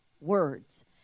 words